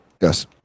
Yes